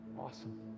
Awesome